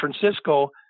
Francisco